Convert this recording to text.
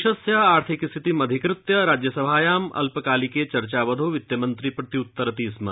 देशस्य आर्थिकस्थितिमधिकृत्य राज्यसभायां अल्पकालिके चर्चावधौ वित्तमन्त्री प्रत्युत्तरति स्म